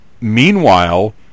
Meanwhile